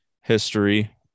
history